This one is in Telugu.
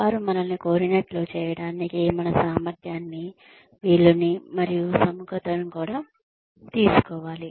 వారు మనల్ని కోరినట్లు చేయటానికి మన సామర్థ్యాన్ని వీలుని మరియు సుముఖత కూడా తీసుకోవాలి